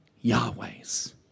Yahweh's